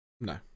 No